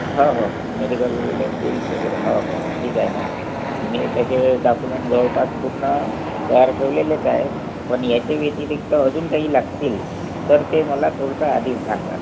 हो हो medical bills वगैरे हो हो ठीक आहे ना मी त्याचे डाकुमेंट जवळपास पूर्ण तयार ठेवलेलेच आहेत पण याच्या व्यतिरिक्त अजून काही लागतील तर ते मला थोडसं आधीच सांगाल